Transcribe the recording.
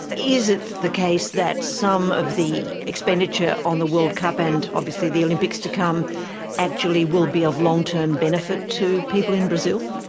is it the case that some of the expenditure on the world cup and obviously the olympics to come actually will be of long-term benefit to people in brazil?